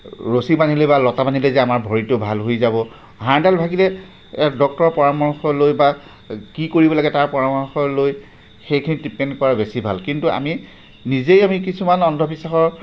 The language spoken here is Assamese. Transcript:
ৰছী বান্ধিলেই বা লতা বান্ধিলেই যে আমাৰ ভৰিটো ভাল হৈ যাব হাড়ডাল ভাঙিলে ডক্তৰৰ পৰামৰ্শ লৈ বা কি কৰিব লাগে তাৰ পৰামৰ্শ লৈ সেইখিনি ট্ৰিটমেণ্ট কৰা বেছি ভাল কিন্তু আমি নিজেই আমি কিছুমান অন্ধবিশ্বাসৰ